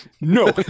No